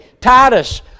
Titus